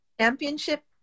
championship